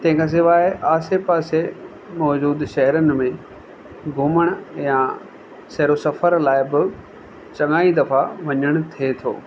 तंहिंखां सवाइ आसे पासे मौजूद शहरनि में घुमणु या सैरो सफ़र लाइ बि चङा ई दफ़ा वञण थिए थो